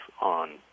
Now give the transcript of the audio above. on